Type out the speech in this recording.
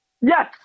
Yes